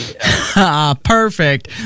Perfect